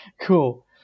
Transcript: Cool